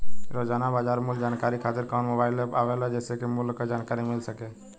रोजाना बाजार मूल्य जानकारी खातीर कवन मोबाइल ऐप आवेला जेसे के मूल्य क जानकारी मिल सके?